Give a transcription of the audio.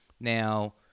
now